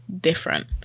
different